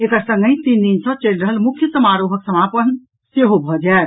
एकर संगहि तीन दिन सँ चलि रहल मुख्य समारोहक समापन सेहो भऽ जायत